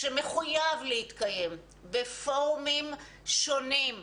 שמחויב להתקיים בפורומים שונים,